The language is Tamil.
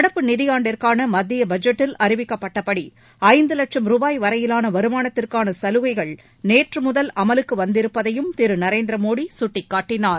நடப்பு நிதியாண்டிற்கான மத்திய பட்ஜெட்டில் அறிவிக்கப்பட்டபடி ஐந்து வட்சும் ரூபாய் வரையிலான வருமானத்திற்கான சலுகைகள் நேற்று முதல் அமலுக்கு வந்திருப்பதையும் திரு நரேந்திர மோடி சுட்டிக்காட்டினார்